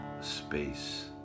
space